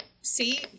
See